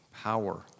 power